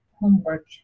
homework